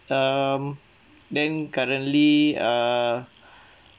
um then currently err